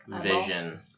vision